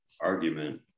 argument